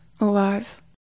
alive